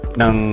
ng